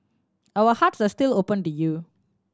our hearts are still open to you